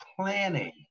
planning